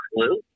clue